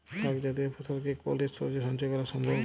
শাক জাতীয় ফসল কি কোল্ড স্টোরেজে সঞ্চয় করা সম্ভব?